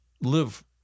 live